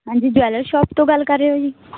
ਹਾਂਜੀ jeweller shop ਤੋਂ ਗੱਲ ਕਰ ਰਹੇ ਓ ਜੀ